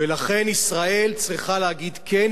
ולכן ישראל צריכה להגיד כן,